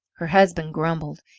her husband grumbled,